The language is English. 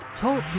TALK